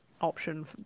option